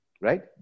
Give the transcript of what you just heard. right